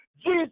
Jesus